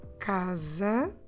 casa